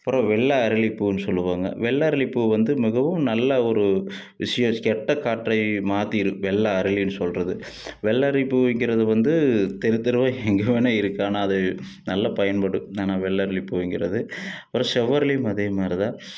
அப்புறம் வெள்ளை அரளிப்பூன்னு சொல்லுவாங்க வெள்ளரளிப்பூ வந்து மிகவும் நல்ல ஒரு விஷயம் கெட்ட காற்றை மாற்றி இருக்குது வெள்ளை அரளின்னு சொல்கிறது வெள்ளரளி பூங்கிறது வந்து தெரு தெருவாக எங்கே வேணுணா இருக்குது ஆனால் அது நல்ல பயன்படும்னா வெள்ளரளி பூங்கிறது அப்புறம் செவ்வரளியும் அதே மாதிரி தான்